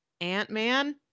Ant-Man